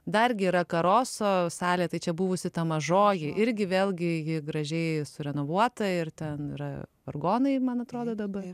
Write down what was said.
dargi yra karoso salė tai čia buvusi ta mažoji irgi vėlgi ji gražiai renovuota ir ten yra vargonai man atrodo dabar